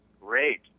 great